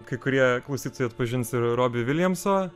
kai kurie klausytojai atpažins ir robi viljamso